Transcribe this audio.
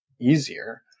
easier